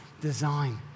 design